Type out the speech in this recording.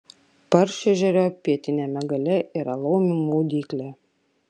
paršežerio pietiniame gale yra laumių maudyklė